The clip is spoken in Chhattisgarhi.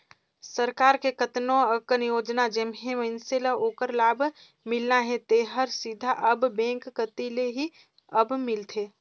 सरकार के कतनो अकन योजना जेम्हें मइनसे ल ओखर लाभ मिलना हे तेहर सीधा अब बेंक कति ले ही अब मिलथे